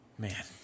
Man